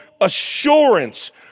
assurance